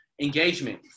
Engagement